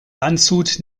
landshut